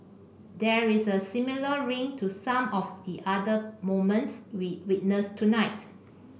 there is a similar ring to some of the other moments we witnessed tonight